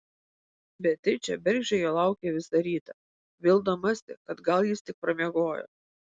beatričė bergždžiai jo laukė visą rytą vildamasi kad gal jis tik pramiegojo